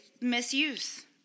misuse